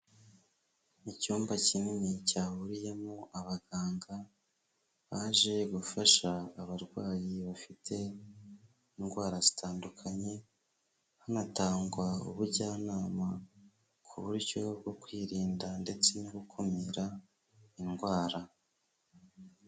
Icyumba kinini cyahuriyemo abaganga, baje gufasha abarwayi bafite indwara zitandukanye, hanatangwa ubujyanama ku buryo bwo kwirinda ndetse no gukumira indwara.